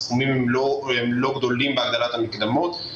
הסכומים הם לא גדולים בהגדלת המקדמות.